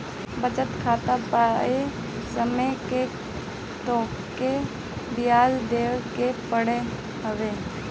बचत खाता पअ सबसे कम तोहके बियाज देवे के पड़त हवे